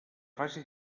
fase